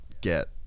get